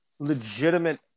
legitimate